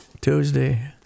Tuesday